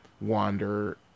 wander